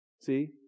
See